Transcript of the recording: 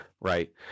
right